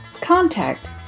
Contact